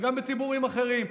וגם בציבורים אחרים,